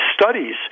studies